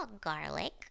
garlic